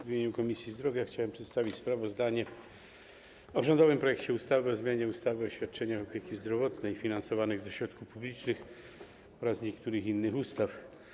W imieniu Komisji Zdrowia chciałbym przedstawić sprawozdanie o rządowym projekcie ustawy o zmianie ustawy o świadczeniach opieki zdrowotnej finansowanych ze środków publicznych oraz niektórych innych ustaw.